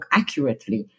accurately